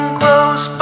close